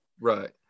right